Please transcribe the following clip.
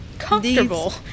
comfortable